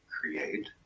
create